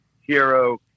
hero